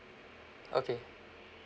okay